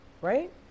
right